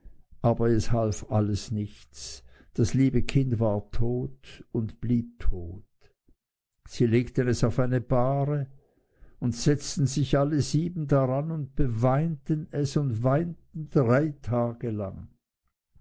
aber es half alles nichts das liebe kind war tot und blieb tot sie legten es auf eine bahre und setzten sich alle siebene daran und beweinten es und weinten drei tage lang